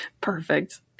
Perfect